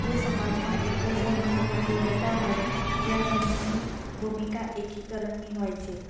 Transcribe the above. જો સમાજમાં એક જ ધર્મના લોકો રહેતા હોય ત્યાં ધર્મની ભૂમિકા એકીકરણની હોય છે